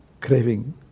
craving